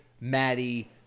Maddie